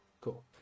cool